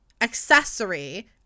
accessory